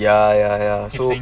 ya ya ya so